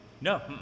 No